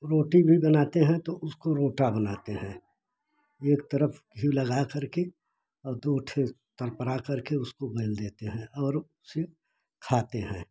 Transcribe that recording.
रोटी भी बनाते हैं तो उसको रोटा बनाते हैं एक तरफ घी लगाकर के और दो ठो पड़ पड़ा करके उसको बेल देते हैं और उसे खाते हैं